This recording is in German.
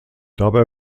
dabei